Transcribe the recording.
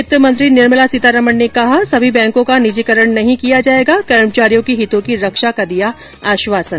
वित्त मंत्री निर्मला सीतारमण ने कहा सभी बैंकों का निजीकरण नहीं किया जाएगा कर्मचारियों के हितों की रक्षा का दिया आश्वासन